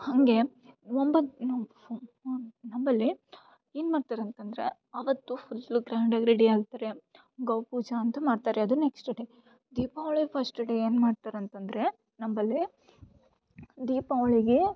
ಹಂಗೆ ಒಂಬತ್ತು ನಂಬಲ್ಲಿ ಏನು ಮಾಡ್ತಾರೆ ಅಂತಂದರೆ ಅವತ್ತು ಫುಲ್ ಗ್ರ್ಯಾಂಡಾಗಿ ರೆಡಿ ಆಗ್ತಾರೆ ಗೋ ಪೂಜೆ ಅಂತ ಮಾಡ್ತಾರೆ ಅದು next day Deepavali first day ಏನು ಮಾಡ್ತಾರೆ ಅಂತಂದರೆ ನಂಬಲ್ಲಿ ದೀಪಾವಳಿಗೇ